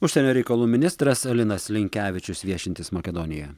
užsienio reikalų ministras linas linkevičius viešintis makedonijoje